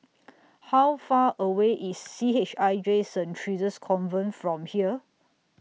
How Far away IS C H I J Saint Theresa's Convent from here